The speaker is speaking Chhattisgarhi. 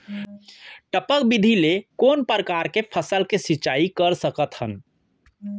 टपक विधि ले कोन परकार के फसल के सिंचाई कर सकत हन?